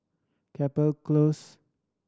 Chapel Close